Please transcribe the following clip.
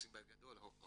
למשל בני מנשה,